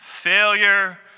failure